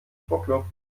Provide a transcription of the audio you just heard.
druckluft